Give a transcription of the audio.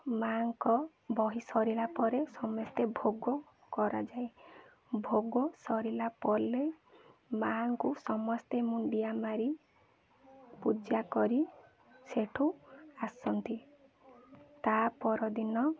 ମାଆଙ୍କ ବହି ସରିଲା ପରେ ସମସ୍ତେ ଭୋଗ କରାଯାଏ ଭୋଗ ସରିଲା ପରେ ମାଙ୍କୁ ସମସ୍ତେ ମୁଣ୍ଡିଆ ମାରି ପୂଜା କରି ସେଇଠୁ ଆସନ୍ତି ତା'ପର ଦିନ